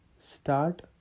start